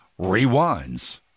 rewinds